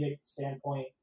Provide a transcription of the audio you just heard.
standpoint